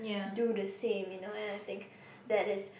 do the same you know what I think that is